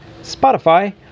Spotify